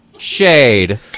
Shade